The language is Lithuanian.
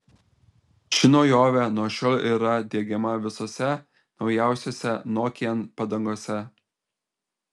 ši naujovė nuo šiol yra diegiama visose naujausiose nokian padangose